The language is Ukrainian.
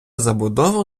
забудова